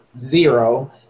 zero